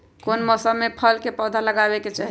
कौन मौसम में फल के पौधा लगाबे के चाहि?